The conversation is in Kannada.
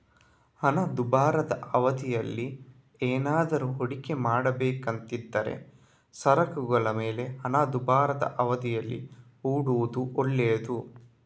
ಹಣದುಬ್ಬರದ ಅವಧಿಯಲ್ಲಿ ಏನಾದ್ರೂ ಹೂಡಿಕೆ ಮಾಡ್ಬೇಕು ಅಂತಿದ್ರೆ ಸರಕುಗಳ ಮೇಲೆ ಹಣದುಬ್ಬರದ ಅವಧಿಯಲ್ಲಿ ಹೂಡೋದು ಒಳ್ಳೇದು